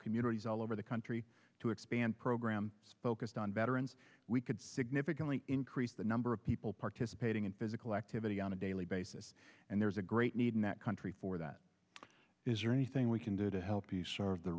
communities all over the country to expand program focused on veterans we could significantly increase the number of people participating in physical activity on a daily basis and there's a great need in that country for that is there anything we can do to help